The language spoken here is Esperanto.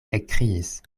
ekkriis